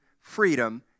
freedom